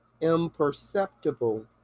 imperceptible